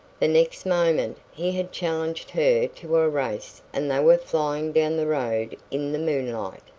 the next moment he had challenged her to a race and they were flying down the road in the moonlight.